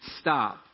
Stop